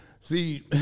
See